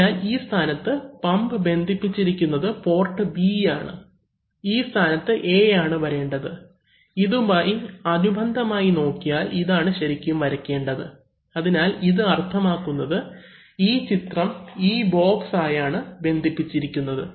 അതിനാൽ ഈ സ്ഥാനത്ത് പമ്പ് ബന്ധിപ്പിച്ചിരിക്കുന്നത് പോർട്ട് B ആയാണ് ഈ സ്ഥാനത്ത് A ആണ് വരേണ്ടത് ഇതുമായി അനുബന്ധമായി നോക്കിയാൽ ഇതാണ് ശരിക്കും വരേണ്ടത് അതിനാൽ ഇത് അർത്ഥമാക്കുന്നത് ഈ ചിത്രം ഈ ബോക്സ് ആയാണ് ബന്ധിപ്പിച്ചിരിക്കുന്നത്